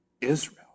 Israel